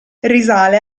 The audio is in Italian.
risale